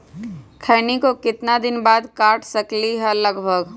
खैनी को कितना दिन बाद काट सकलिये है लगभग?